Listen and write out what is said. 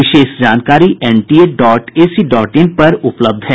विशेष जानकारी NTA dot ac dot in पर उपलब्ध है